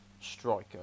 striker